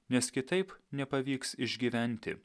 nes kitaip nepavyks išgyventi